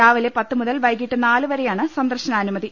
രാവിലെ പത്ത് മുതൽ വൈകീട്ട് നാല് വരെയാണ് സന്ദർശനാനുമതി